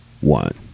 one